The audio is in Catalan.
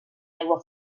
aigua